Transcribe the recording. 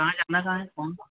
कहाँ जाना कहाँ है कौन